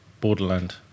Borderland